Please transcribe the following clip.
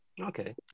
okay